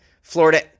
Florida